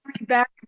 back